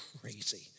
crazy